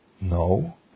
No